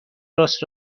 راست